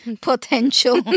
potential